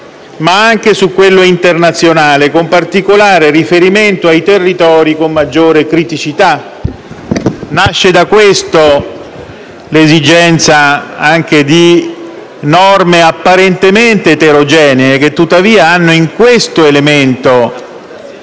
ma anche su quello internazionale, con particolare riferimento ai territori con maggiore criticità. Nasce da questo l'esigenza anche di norme apparentemente eterogenee, che tuttavia hanno in questo elemento